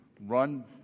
run